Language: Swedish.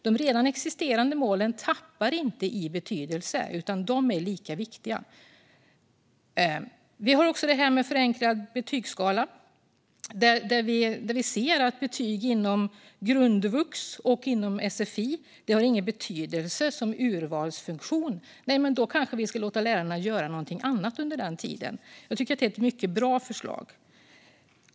De redan existerande målen förlorar inte i betydelse, utan de är lika viktiga. Så till förenklad betygsskala. Eftersom vi ser att betyg inom grundvux och sfi inte har någon betydelse som urvalsfunktion ska vi kanske låta lärarna göra något annat under den tiden. Jag tycker att detta är ett mycket bra förslag.